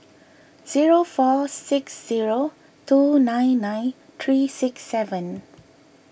zero four six zero two nine nine three six seven